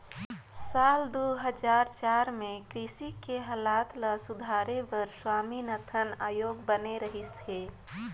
साल दू हजार चार में कृषि के हालत ल सुधारे बर स्वामीनाथन आयोग बने रहिस हे